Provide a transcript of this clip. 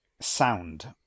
sound